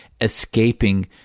escaping